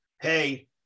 hey